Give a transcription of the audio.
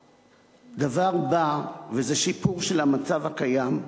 הדבר הובא, וזה שיפור של המצב הקיים,